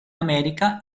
america